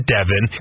Devin